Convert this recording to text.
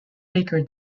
baker